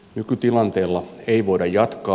nykytilanteella ei voida jatkaa